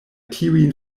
tiujn